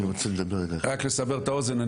רק לסבר את האוזן,